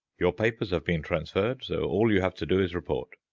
your papers have been transferred, so all you have to do is report.